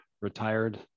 retired